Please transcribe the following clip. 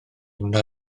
wna